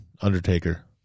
Undertaker